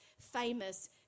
famous